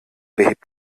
behebt